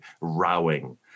rowing